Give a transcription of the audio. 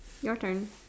your turn